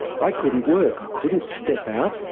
i couldn't work, couldn't step out,